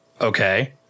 okay